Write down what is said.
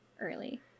early